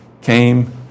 came